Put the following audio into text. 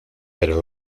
pero